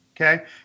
Okay